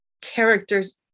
characters